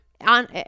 On